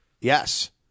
Yes